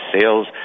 sales